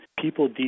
people